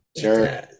Sure